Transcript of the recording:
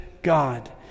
God